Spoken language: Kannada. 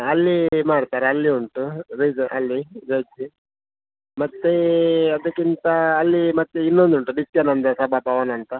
ಅಲ್ಲಿ ಮಾಡ್ತಾರೆ ಅಲ್ಲಿ ಉಂಟು ವೆಜ್ ಅಲ್ಲಿ ವೆಜ್ಜು ಮತ್ತು ಅದಕ್ಕಿಂತ ಅಲ್ಲಿ ಮತ್ತು ಇನ್ನೊಂದುಂಟು ನಿತ್ಯಾನಂದ ಸಭಾಭವನ ಅಂತ